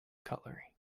cutlery